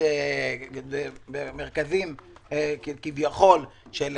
מרכזים כביכול של חינוך,